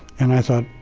and i thought,